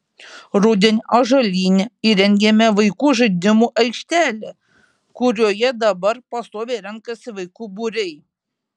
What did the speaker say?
rudenį ąžuolyne įrengėme vaikų žaidimų aikštelę kurioje dabar pastoviai renkasi vaikų būriai